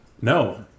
no